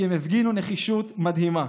כי הם הפגינו נחישות מדהימה.